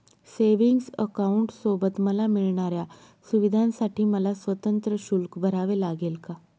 Savings अकाउंटसोबत मला मिळणाऱ्या सुविधांसाठी मला स्वतंत्र शुल्क भरावे लागेल का?